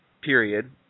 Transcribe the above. period